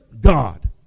God